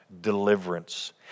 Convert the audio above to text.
deliverance